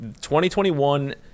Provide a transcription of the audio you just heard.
2021